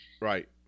Right